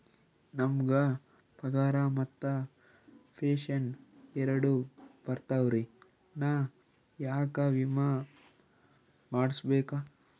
ನಮ್ ಗ ಪಗಾರ ಮತ್ತ ಪೆಂಶನ್ ಎರಡೂ ಬರ್ತಾವರಿ, ನಾ ಯಾಕ ವಿಮಾ ಮಾಡಸ್ಬೇಕ?